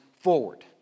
forward